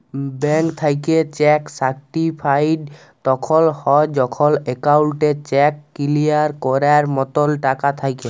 bank থ্যাইকে cheque certified তখল হ্যয় যখল একাউল্টে চ্যাক কিলিয়ার ক্যরার মতল টাকা থ্যাকে